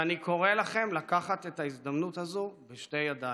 ואני קורא לכם לקחת את ההזדמנות הזו בשתי ידיים.